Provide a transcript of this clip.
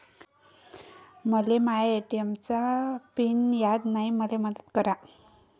मले माया ए.टी.एम चा पिन याद नायी, मले मदत करा